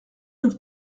neuf